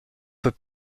peut